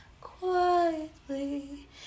quietly